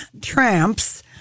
Tramps